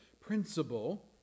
principle